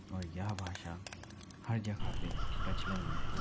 और यह भाषा हर जगह पे प्रचलन में है